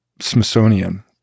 Smithsonian